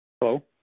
Hello